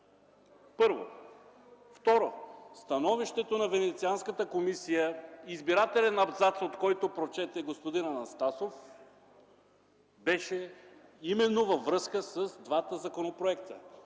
Първо. Второ, становището на Венецианската комисия, избирателен абзац от което прочете господин Анастасов, беше именно във връзка с двата законопроекта